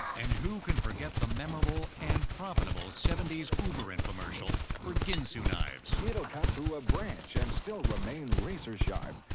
and who can forget the memorable and profitable seventy s uber-infomercial for ginsu knives? announcer it'll cut through a branch and still remain razor sharp.